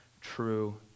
true